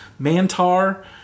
Mantar